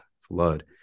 Flood